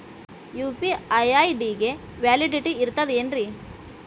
UPI ID ಗೆ validity ಇರತದ ಏನ್ರಿ?